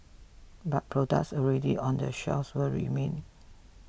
but products already on the shelves will remain